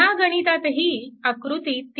ह्या गणितातही आकृती 3